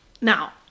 now